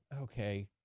okay